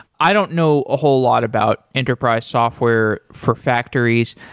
i don't know a whole lot about enterprise software for factories,